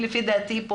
לדעתי,